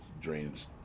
drains